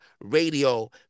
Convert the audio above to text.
radio